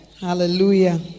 Hallelujah